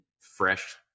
fresh